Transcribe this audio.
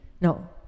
no